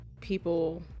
people